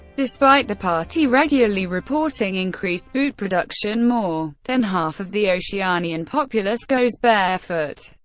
despite the party regularly reporting increased boot production, more than half of the oceanian populace goes barefoot.